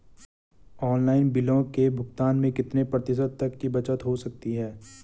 Online बिलों के भुगतान में कितने प्रतिशत तक की बचत हो सकती है?